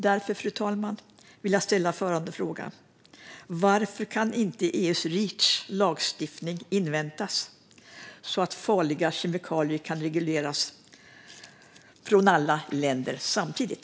Jag vill, fru talman, ställa följande fråga: Varför kan inte EU:s Reachlagstiftning inväntas, så att farliga kemikalier kan regleras för alla länder samtidigt?